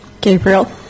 Gabriel